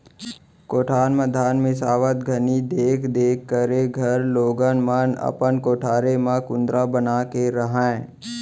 कोठार म धान मिंसावत घनी देख देख करे घर लोगन मन अपन कोठारे म कुंदरा बना के रहयँ